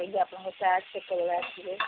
ଯାଇକି ଆପଣଙ୍କ ସାର୍ କେତେବେଳେ ଆସିବେ